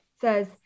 says